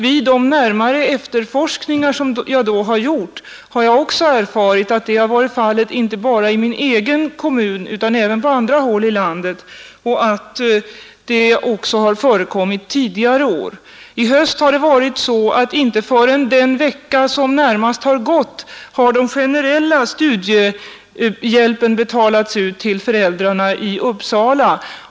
Vid de närmare efterforskningar som jag då gjorde har jag också erfarit att det har varit fallet inte bara i min egen kommun utan även på andra håll i landet och att det också förekommit tidigare år. I höst har det varit så att inte förrän den sistförflutna veckan har den generella studiehjälpen betalats ut till föräldrarna i Uppsala.